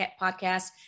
podcast